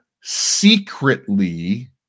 secretly